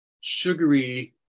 sugary